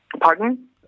Pardon